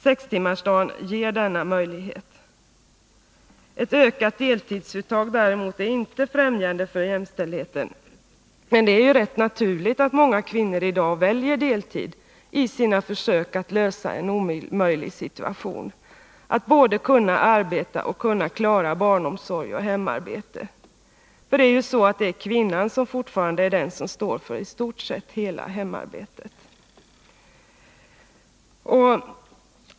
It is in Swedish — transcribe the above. Sextimmarsdagen ger denna möjlighet. Ett ökat deltidsuttag däremot är inte främjande för jämställdheten. Men det är rätt naturligt att många kvinnor i dag väljer deltid i sina försök att lösa en omöjlig situation, nämligen att både kunna arbeta och klara barnomsorg och hemarbete. Det är fortfarande kvinnan som står för i stort sett hela hemarbetet.